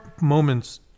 moments